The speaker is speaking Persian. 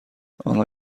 آنها